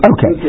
Okay